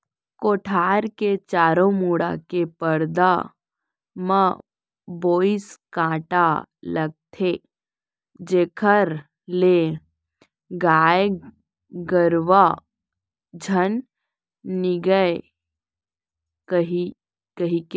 कोठार के चारों मुड़ा के परदा म बोइर कांटा लगाथें जेखर ले गाय गरुवा झन निगय कहिके